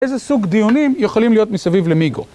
איזה סוג דיונים יכולים להיות מסביב למיגו?